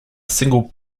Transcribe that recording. single